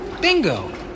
Bingo